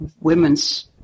women's